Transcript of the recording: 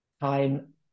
time